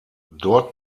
dort